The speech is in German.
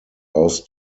aus